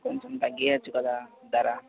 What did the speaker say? కొంచెం తగ్గించచ్చు కదా ధరా